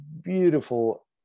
beautiful